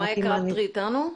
מאיה, את איתנו?